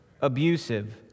abusive